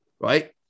right